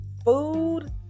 Food